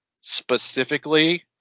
Specifically